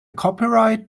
copyright